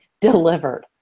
delivered